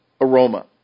aroma